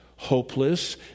Hopeless